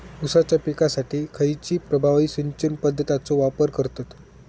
ऊसाच्या पिकासाठी खैयची प्रभावी सिंचन पद्धताचो वापर करतत?